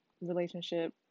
relationship